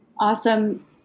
awesome